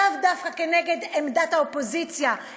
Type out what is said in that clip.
לאו דווקא כנגד עמדת האופוזיציה,